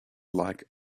like